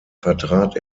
vertrat